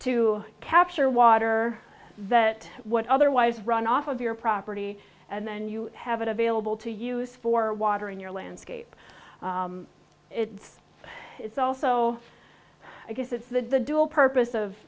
to capture water that what otherwise run off of your property and then you have it available to use for watering your landscape it's is also i guess it's the dual purpose of